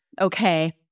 okay